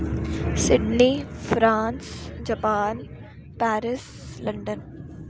Sydney France Japan Paris London